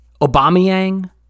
Obamayang